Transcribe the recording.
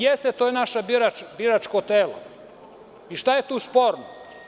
Jeste, to je naše biračko telo i šta je tu sporno?